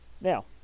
Now